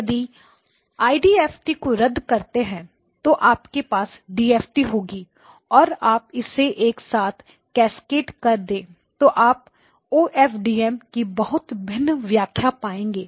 यदि IDFT IDFT को रद्द करते हैं तो आपके पास डीएफटी DFT होगी और आप इसे एक साथ कैस्केड कर दे तो आप O F D M OFDM की बहुत भिन्न व्याख्या पाएंगे